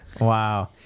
wow